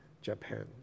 Japan